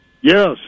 yes